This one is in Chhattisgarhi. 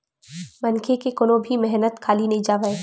मनखे के कोनो भी मेहनत खाली नइ जावय